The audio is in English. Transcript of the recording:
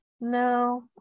No